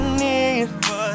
need